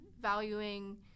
valuing